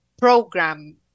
program